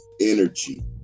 energy